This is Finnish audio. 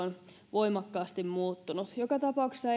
on voimakkaasti muuttunut joka tapauksessa